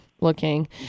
looking